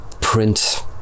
print